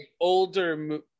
Older